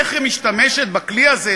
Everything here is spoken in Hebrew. איך היא משתמשת בכלי הזה,